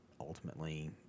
ultimately